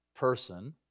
person